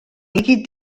líquid